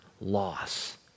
loss